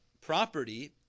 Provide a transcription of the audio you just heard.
property